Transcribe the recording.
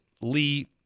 Lee